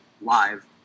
live